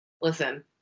Listen